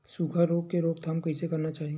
सुखा रोग के रोकथाम कइसे करना चाही?